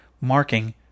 marking